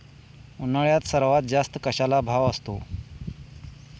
उन्हाळ्यात सर्वात जास्त कशाला भाव असतो?